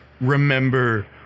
remember